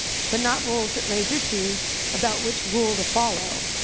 but not rules that raise issues about which rule to follow.